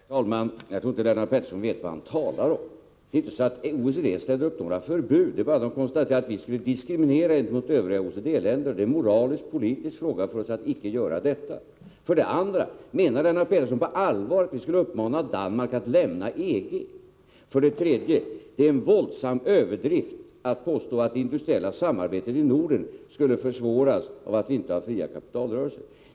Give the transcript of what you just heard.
Herr talman! För det första: Jag tror inte att Lennart Pettersson vet vad han talar om. OECD ställer inte upp några förbud, utan man konstaterar bara att vi skulle diskriminera övriga OECD-länder, och det är en moraliskpolitisk fråga för oss att inte göra det. För det andra: Menar Lennart Pettersson allvar med att vi skall uppmana Danmark att lämna EG? För det tredje: Det är en våldsam överdrift att påstå att det industriella samarbetet i Norden skulle försvåras av att vi inte har fria kapitalrörelser.